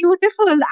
beautiful